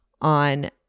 on